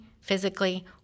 physically